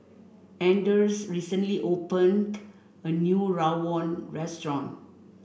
Anders recently opened a new Rawon restaurant